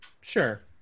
Sure